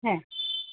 হ্যাঁ